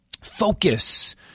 focus